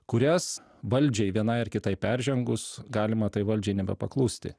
kurias valdžiai vienai ar kitai peržengus galima tai valdžiai nebepaklusti